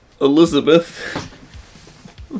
Elizabeth